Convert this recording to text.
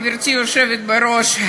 גברתי היושבת בראש,